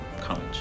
college